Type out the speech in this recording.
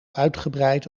uitgebreid